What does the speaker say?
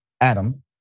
Adam